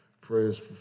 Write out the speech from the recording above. Praise